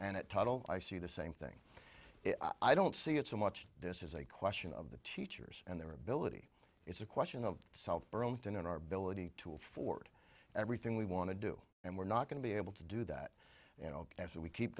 and at tuttle i see the same thing i don't see it so much this is a question of the teachers and their ability it's a question of south burlington our ability to afford everything we want to do and we're not going to be able to do that you know if we keep